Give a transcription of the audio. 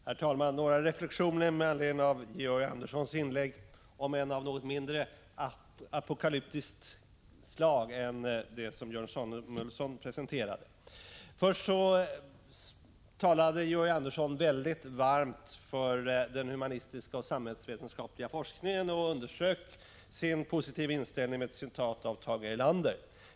Herr talman! Några reflexioner med anledning av Georg Anderssons inlägg, om än av något mindre apokalyptiskt slag än de som Björn Samuelson presenterade. Först talade Georg Andersson varmt för den humanistiska och samhällsvetenskapliga forskningen och underströk sin positiva inställning med ett citat av Tage Erlander.